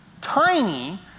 tiny